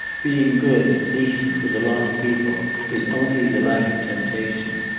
being good, decent, with a lot of people is only the lack of temptation.